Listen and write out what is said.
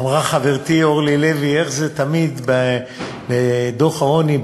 אמרה חברתי אורלי לוי: איך זה תמיד בדוח העוני,